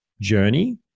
journey